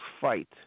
fight